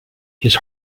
his